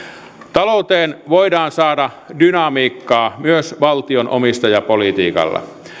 talouteen voidaan saada dynamiikkaa myös valtion omistajapolitiikalla